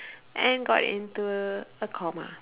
and got into a coma